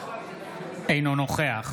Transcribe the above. אינו נוכח